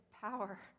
power